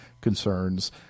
concerns